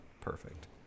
perfect